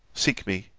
seek me,